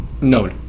No